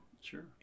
Sure